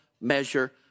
measure